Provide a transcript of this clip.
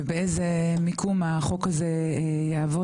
ובאיזה מיקום החוק הזה יעבוד.